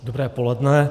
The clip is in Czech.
Dobré poledne.